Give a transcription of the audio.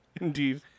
Indeed